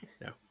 No